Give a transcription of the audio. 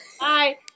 Bye